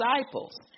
disciples